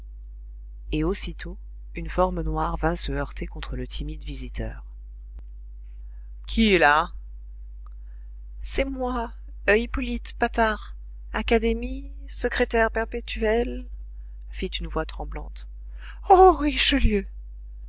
et aussitôt une forme noire vint se heurter contre le timide visiteur qui est là c'est moi hippolyte patard académie secrétaire perpétuel fit une voix tremblante ô